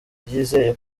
yizeye